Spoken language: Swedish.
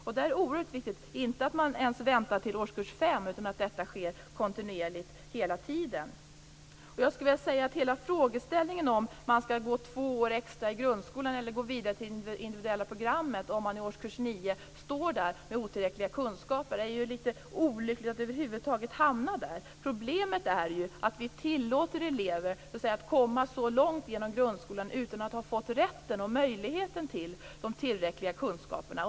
Man bör därför inte ens vänta till årskurs 5 med detta, utan det är oerhört viktigt att det sker kontinuerligt hela tiden. Det är litet olyckligt att frågeställningen över huvud taget kommer upp om man skall gå två år extra i grundskolan eller gå vidare till de individuella programmet om man i årskurs 9 har otillräckliga kunskaper. Problemet är att vi tillåter elever att gå så långt genom grundskolan utan att de har fått rätt till och möjlighet att nå de tillräckliga kunskaperna.